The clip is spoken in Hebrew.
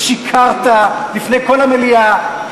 שיקרת בפני כל המליאה,